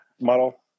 model